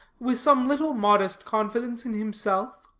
with some little modest confidence in himself.